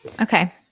Okay